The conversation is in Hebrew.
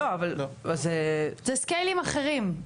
זה סקיילים אחרים,